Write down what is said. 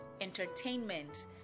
entertainment